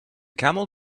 camel